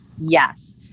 Yes